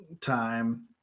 time